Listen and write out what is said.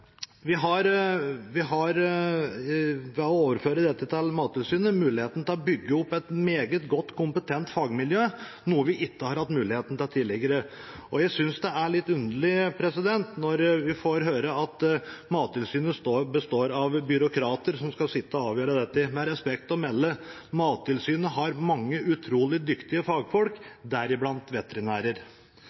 vi mulighet til å bygge opp et meget godt og kompetent fagmiljø, noe vi ikke har hatt mulighet til tidligere. Og jeg synes det er litt underlig når vi får høre at Mattilsynet består av byråkrater som skal sitte og avgjøre dette. Med respekt å melde: Mattilsynet har mange utrolig dyktige fagfolk, deriblant veterinærer.